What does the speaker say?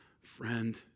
Friend